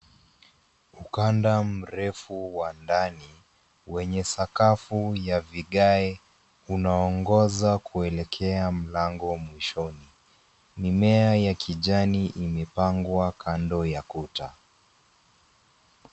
Mkanda mrefu wa ndani wenye sakafu ya vigae unaongoza kuelekea mlango mwishoni. Mimea ya kijani imepangwa kando ya kuta.